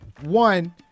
one